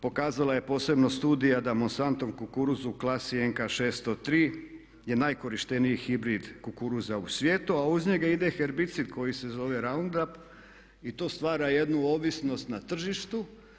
Pokazala je posebno studija da monsantov kukuruz u klasi NK 603 je najkorišteniji hibrid kukuruza u svijetu, a uz njega ide herbicid koji se zove Round up i to stvara jednu ovisnost na tržištu.